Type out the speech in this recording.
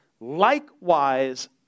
likewise